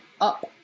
up